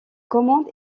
commande